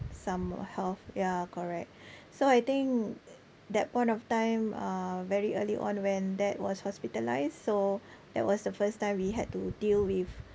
some health ya correct so I think that point of time uh very early on when dad was hospitalised so that was the first time we had to deal with